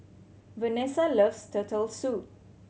Vanesa loves Turtle Soup